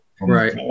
Right